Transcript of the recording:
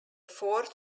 fort